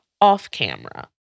off-camera